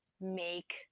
make